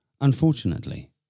Unfortunately